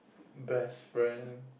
best friend